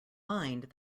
mind